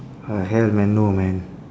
I have man no man